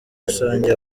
rusange